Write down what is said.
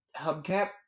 Hubcap